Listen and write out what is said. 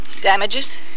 Damages